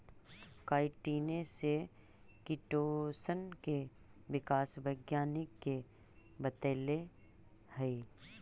काईटिने से किटोशन के विकास वैज्ञानिक ने बतैले हई